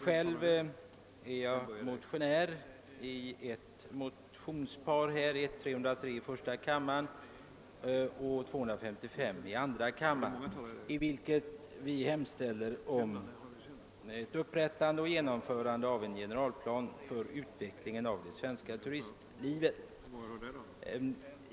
Själv har jag varit med om att väcka motionsparet I: 303 och II: 255 med hemställan om åtgärder för upprättande och genomförande av en generalplan för utveckling av det svenska turistlivet.